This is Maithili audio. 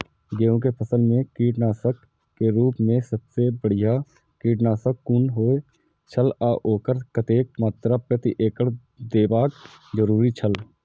गेहूं के फसल मेय कीटनाशक के रुप मेय सबसे बढ़िया कीटनाशक कुन होए छल आ ओकर कतेक मात्रा प्रति एकड़ देबाक जरुरी छल?